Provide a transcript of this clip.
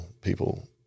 people